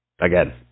Again